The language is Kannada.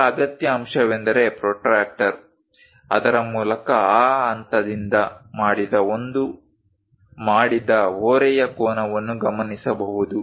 ಇತರ ಅಗತ್ಯ ಅಂಶವೆಂದರೆ ಪ್ರೊಟ್ರಾಕ್ಟರ್ ಅದರ ಮೂಲಕ ಆ ಹಂತದಿಂದ ಮಾಡಿದ ಓರೆಯ ಕೋನವನ್ನು ಗಮನಿಸಬಹುದು